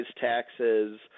taxes